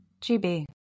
GB